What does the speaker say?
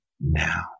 now